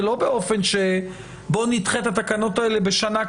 ולא בוא נדחה את התקנות האלה בשנה,